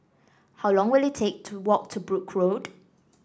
how long will it take to walk to Brooke Road